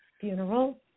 funeral